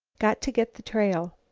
got to get the trail.